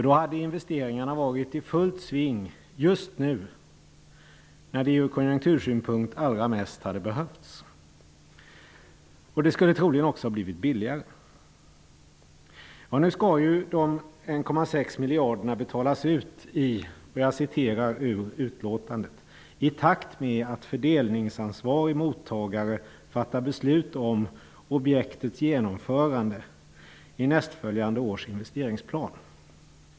Då hade investeringarna varit i fullt sving nu, när de ur konjuktursynpunkt hade behövts allra mest. Det skulle troligen också blivit billigare. Nu skall ju de 1,6 miljarderna betalas ut -- och jag citerar ur utlåtandet -- ''i takt med att fördelningsansvarig mottagare fattar beslut om objektets genomförande i nästföljande års investeringsplan.''